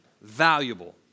valuable